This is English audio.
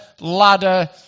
ladder